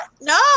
No